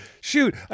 shoot